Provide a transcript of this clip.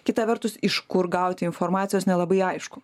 kita vertus iš kur gauti informacijos nelabai aišku